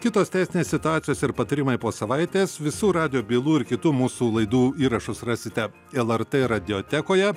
kitos teisinės situacijos ir patarimai po savaitės visų radijo bylų ir kitų mūsų laidų įrašus rasite lrt radiotekoje